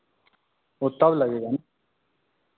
वह तब लगेगा न